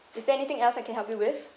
is there anything else I can help you with